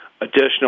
additional